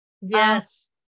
yes